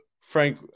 Frank